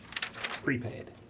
Prepaid